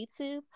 YouTube